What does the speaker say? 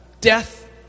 death